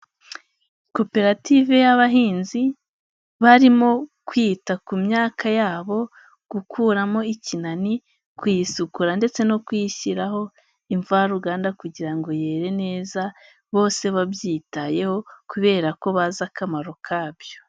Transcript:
Koperative y'abahinzi barimo kwita ku myaka yabo gukuramo ikinani, kuyisukura ndetse no kuyishyiraho imvaruganda kugira ngo yere neza, bose babyitayeho kubera ko bazi akamaro kabyo.